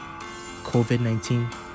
COVID-19